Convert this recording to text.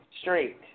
Straight